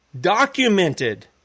Documented